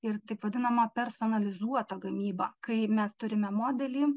ir taip vadinamą personalizuotą gamybą kai mes turime modelį